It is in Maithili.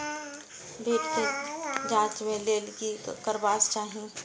मैट के जांच के लेल कि करबाक चाही?